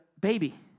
baby